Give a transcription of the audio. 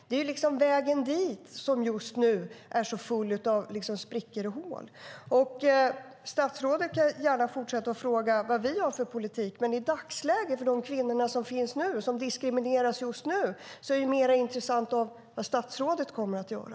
Det är vägen dit som just nu är så full av sprickor och hål. Statsrådet får gärna fortsätta att fråga vilken politik vi har, men för de kvinnor som finns nu och som diskrimineras just nu är det mer intressant vad statsrådet kommer att göra.